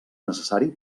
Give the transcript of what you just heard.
necessari